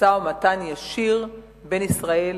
משא-ומתן ישיר בין ישראל